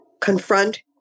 confront